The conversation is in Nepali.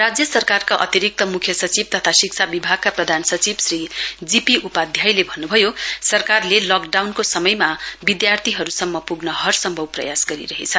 राज्य सरकारका अतिरिक्त मुख्य सचिव तथा शिक्षा विभागका प्रधान सचिव श्री जी पी उपाध्यायले भन्नभयो सरकारले लकडाउनको समयमा विधार्थीहरुसम्म पुग्न हर सम्भव प्रयास गरिरहेछ